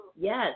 Yes